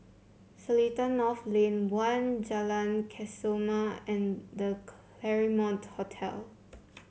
Seletar North Lane One Jalan Kesoma and The Claremont Hotel